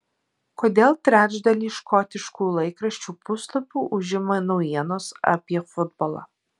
kodėl trečdalį škotiškų laikraščių puslapių užima naujienos apie futbolą